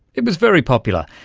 it was very popular.